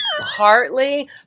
Partly